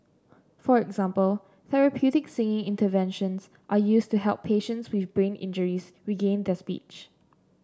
for example therapeutic singing interventions are used to help patients with brain injuries regain their speech